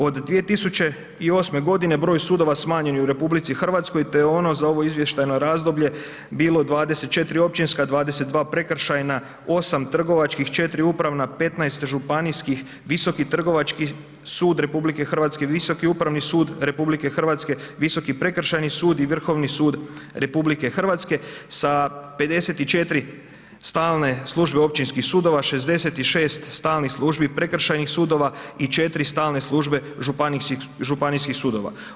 Od 2008. godine broj sudova smanjen je u RH te je ono za ovo izvještajno razdoblje bilo 24 općinska, 22 prekršajna, 8 trgovačkih, 4 upravna, 15 županijskih, Visoki trgovački sud RH, Visoki upravni sud RH, Visoki prekršajni sud i Vrhovni sud RH sa 54 stalne službe općinskih sudova, 66 stalnih službi prekršajnih sudova i 4 stalne službe županijskih sudova.